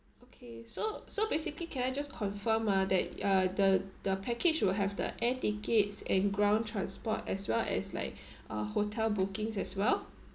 okay so so basically can I just confirm uh that uh the the package will have the air tickets and ground transport as well as like uh hotel bookings as well